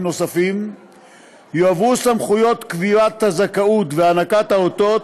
נוספים יועברו סמכויות קביעת הזכאות והענקת האותות